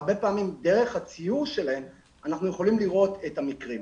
הרבה פעמים דרך הציור שלהם אנחנו יכולים לראות את המקרים.